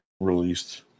released